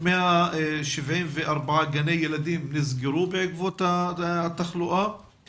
174 גני ילדים נסגרו בעקבות התחלואה,